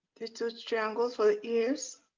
the two triangles for ears.